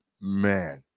man